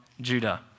Judah